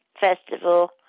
Festival